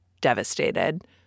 devastated